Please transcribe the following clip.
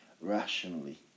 rationally